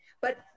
but-